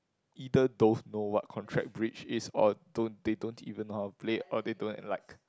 either don't know what contract bridge is or don't they don't even know how to play or they don't like